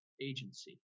agency